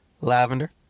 lavender